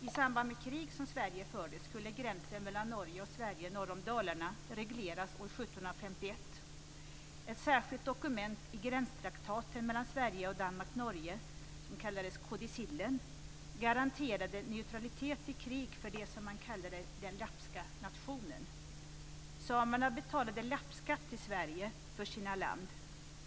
I samband med krig som Sverige förde skulle gränsen mellan Norge och Sverige norr om Dalarna regleras år 1751. Ett särskilt dokument i gränstraktaten mellan Sverige och Danmark/Norge, som kallades kodicillen, garanterade neutralitet i krig för det man kallade den lappska nationen. Samerna betalade lappskatt till Sverige för sitt land.